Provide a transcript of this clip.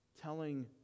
telling